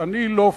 אני לא פראייר,